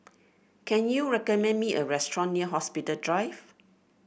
can you recommend me a restaurant near Hospital Drive